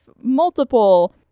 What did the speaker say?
multiple